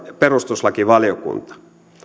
perustuslakivaliokunta